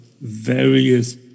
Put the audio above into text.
various